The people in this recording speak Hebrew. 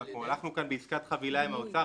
אנחנו הלכנו כאן בעסקת חבילה עם האוצר,